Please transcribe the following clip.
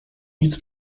nic